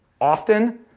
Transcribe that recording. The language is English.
often